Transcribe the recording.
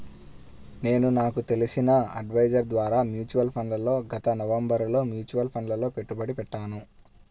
నేను నాకు తెలిసిన అడ్వైజర్ ద్వారా మ్యూచువల్ ఫండ్లలో గత నవంబరులో మ్యూచువల్ ఫండ్లలలో పెట్టుబడి పెట్టాను